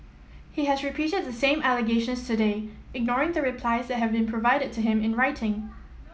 he has repeated the same allegations today ignoring the replies that have been provided to him in writing